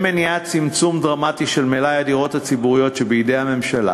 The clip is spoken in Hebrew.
מניעת צמצום דרמטי של מלאי הדירות הציבוריות שבידי הממשלה